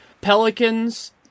Pelicans